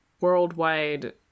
worldwide